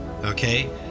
okay